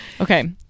Okay